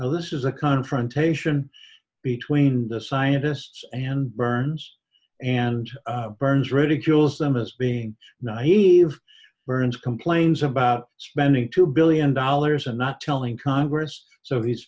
well this is a confrontation between the scientists and burns and burns ridicules them as being naive burns complains about spending two billion dollars and not telling congress so he's